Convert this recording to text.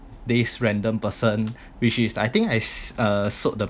this random person which is I think I uh sort the